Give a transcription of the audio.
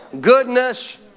goodness